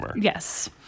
Yes